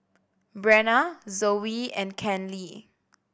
Brenna Zoey and Kenley